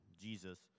Jesus